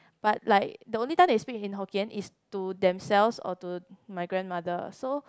but like the only time they speak in Hokkien is to themselves or to my grandmother so